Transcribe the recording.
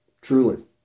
truly